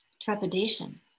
trepidation